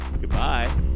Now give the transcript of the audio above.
Goodbye